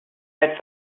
get